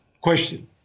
question